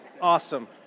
Awesome